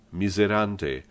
miserante